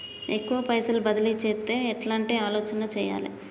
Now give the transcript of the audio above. ఎక్కువ పైసలు బదిలీ చేత్తే ఎట్లాంటి ఆలోచన సేయాలి?